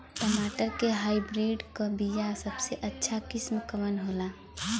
टमाटर के हाइब्रिड क बीया सबसे अच्छा किस्म कवन होला?